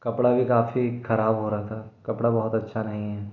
कपड़ा भी काफ़ी खराब हो रहा था कपड़ा बहुत अच्छा नहीं है